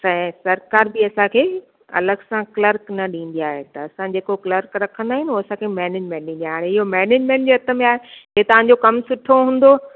त सरकार बि असांखे अलॻि सां क्लर्क न ॾींदी आहे त असां जेको क्लर्क रखंदा आहियूं न उहो असांखे मैनेजिमेंट ॾींदी आहे हाणे मैनेजिमेंट जे हथ में आहे तव्हां जो कमु सुठो हूंदो